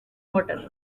water